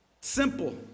Simple